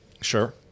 sure